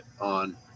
on